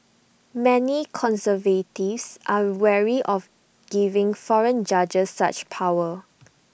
many conservatives are wary of giving foreign judges such power